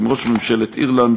עם ראש ממשלת אירלנד,